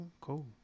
cool